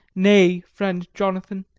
nay, friend jonathan,